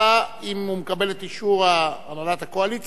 אם הוא מקבל את אישור הנהלת הקואליציה כמובן,